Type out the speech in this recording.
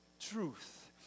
truth